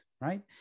right